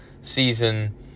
season